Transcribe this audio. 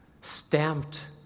stamped